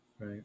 right